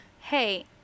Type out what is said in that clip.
hey